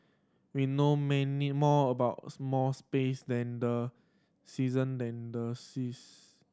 we know may more about more space than the season and the seas